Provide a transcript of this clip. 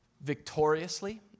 victoriously